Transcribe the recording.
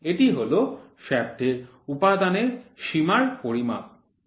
এটি হল শ্য়াফ্টের উপাদানের সীমার পরিমাপ